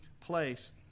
place